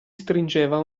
stringeva